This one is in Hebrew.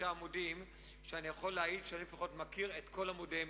עמודים שאני יכול להעיד שאני לפחות מכיר את כל עמודיהם,